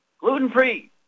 gluten-free